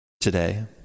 today